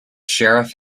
sheriff